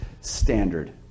standard